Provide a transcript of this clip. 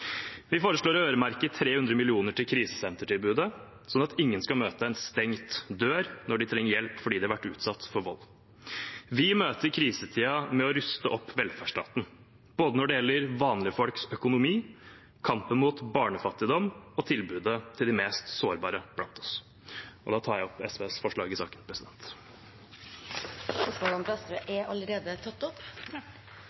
Vi foreslår å øremerke 300 mill. kr til krisesentertilbudet, sånn at ingen skal møte en stengt dør når de trenger hjelp fordi de har vært utsatt for vold. Vi møter krisetiden med å ruste opp velferdsstaten når det gjelder både vanlige folks økonomi, kampen mot barnefattigdom og tilbudet til de mest sårbare blant oss. Det blir replikkordskifte. Jeg kommer til å nevne kvinnelige gründere i